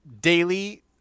daily